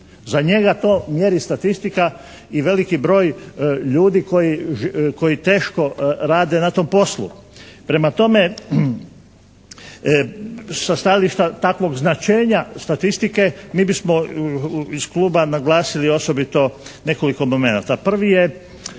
Za njega to mjeri statistika i veliki broj ljudi koji teško rade na tom poslu. Prema tome, sa stajališta takvog značenja statistike mi bismo iz kluba naglasili osobito nekoliko elemenata.